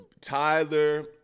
Tyler